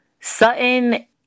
Sutton